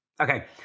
Okay